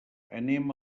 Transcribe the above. anem